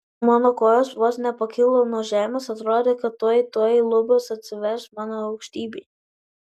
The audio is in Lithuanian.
mano kojos vos nepakilo nuo žemės atrodė kad tuoj tuoj lubos atsivers mano aukštybei